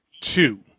two